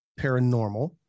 paranormal